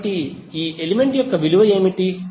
కాబట్టి ఈ ఎలిమెంట్ యొక్క విలువ ఏమిటి